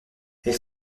elles